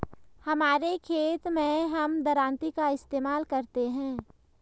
हमारे खेत मैं हम दरांती का इस्तेमाल करते हैं